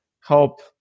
help